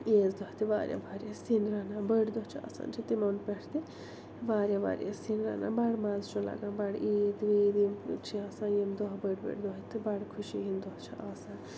عیز دۄہ تہِ واریاہ واریاہ سِنۍ رَنان بٔڑۍ دۄہ چھِ آسان چھِ تِمَن پٮ۪ٹھ تہِ واریاہ واریاہ سِنۍ رَنان بَڑماز چھُ رَنان بَڑٕ عید ویٖد یِم چھِ آسان یِم دۄہ بٔڑۍ بٔڑۍ دۄہ تہِ بَڑٕ خوشی ہِنٛدۍ دۄہ چھِ آسان